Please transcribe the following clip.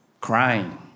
crying